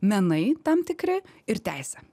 menai tam tikri ir teisė